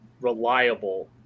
reliable